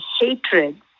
hatred